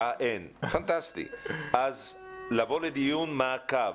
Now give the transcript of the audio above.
פנטסטי, לבוא לדיון מעקב.